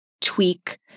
tweak